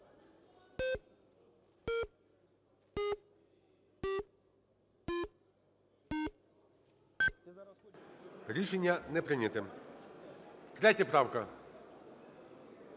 Рішення не прийнято. 3 правка.